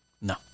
No